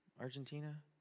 Argentina